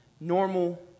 normal